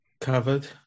covered